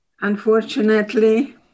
Unfortunately